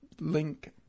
link